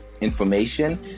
information